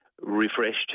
refreshed